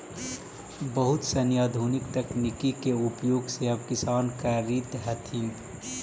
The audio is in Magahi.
बहुत सनी आधुनिक तकनीक के उपयोग भी अब किसान करित हथिन